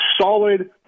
Solid